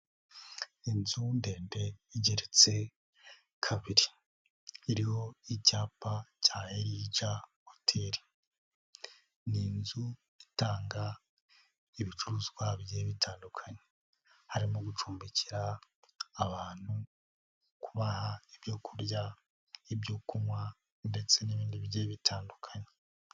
Inzu ndende igeretse kabiri, iriho icyapa cya Elija Hotel, ni inzu itanga ibicuruzwa bigiye bitandukanye harimo: gucumbikira abantu, kubaha ibyo kurya n'ibyo kunywa ndetse n'ibindi bigiye bitandukanye.